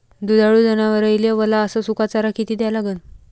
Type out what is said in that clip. दुधाळू जनावराइले वला अस सुका चारा किती द्या लागन?